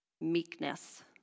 meekness